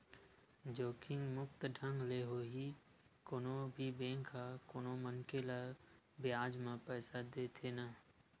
जोखिम मुक्त ढंग ले ही कोनो भी बेंक ह कोनो मनखे ल बियाज म पइसा देथे न